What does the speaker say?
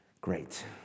great